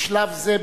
בשלב זה,